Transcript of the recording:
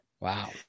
Wow